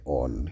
on